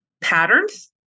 patterns